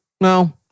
no